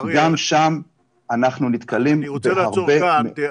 גם שם אנחנו נתקלים בהרבה מאוד --- אריה,